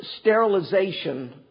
sterilization